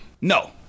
No